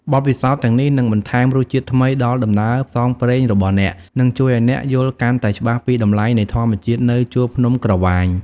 បទពិសោធន៍ទាំងនេះនឹងបន្ថែមរសជាតិថ្មីដល់ដំណើរផ្សងព្រេងរបស់អ្នក និងជួយឲ្យអ្នកយល់កាន់តែច្បាស់ពីតម្លៃនៃធម្មជាតិនៅជួរភ្នំក្រវាញ។